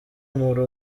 muri